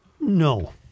No